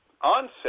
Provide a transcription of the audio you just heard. onset